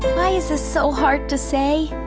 why is this so hard to say?